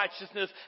righteousness